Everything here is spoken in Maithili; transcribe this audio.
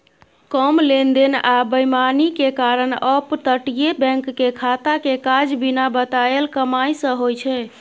कम लेन देन आ बेईमानी के कारण अपतटीय बैंक के खाता के काज बिना बताएल कमाई सँ होइ छै